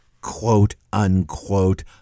quote-unquote